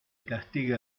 castiga